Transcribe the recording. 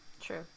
true